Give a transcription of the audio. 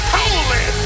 holy